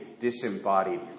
disembodied